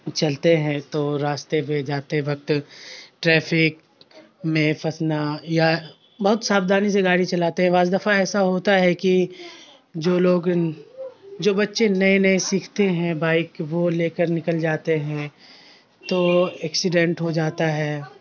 چلتے ہیں تو راستے پہ جاتے وقت ٹریفک میں پھنسنا یا بہت ساودھانی سے گاڑی چلاتے ہیں بعض دفعہ ایسا ہوتا ہے کہ جو لوگ جو بچے نئے نئے سیکھتے ہیں بائک وہ لے کر نکل جاتے ہیں تو ایکسیڈینٹ ہو جاتا ہے